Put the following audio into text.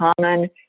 common